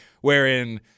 wherein